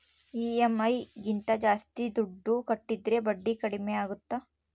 EMI ಗಿಂತ ಜಾಸ್ತಿ ದುಡ್ಡು ಕಟ್ಟಿದರೆ ಬಡ್ಡಿ ಕಡಿಮೆ ಆಗುತ್ತಾ?